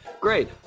great